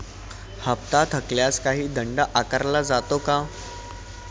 हप्ता थकल्यास काही दंड आकारला जातो का?